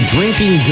Drinking